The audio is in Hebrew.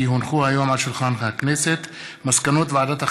כי הונחו היום על שולחן הכנסת מסקנות ועדת החינוך,